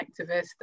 activist